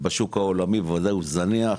בשוק העולמי בוודאי הוא זניח,